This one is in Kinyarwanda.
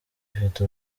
ifite